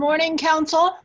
morning counsel